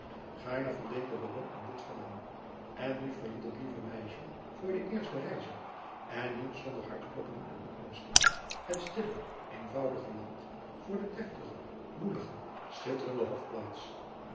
gaarne voldeed de baron aan dit verlangen en nu verliet het lieve meisje voor de eerste reize en niet zonder hartkloppingen en angsten het stille eenvoudige land voor de deftige woelige schitterenjacob van